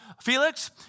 Felix